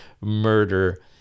murder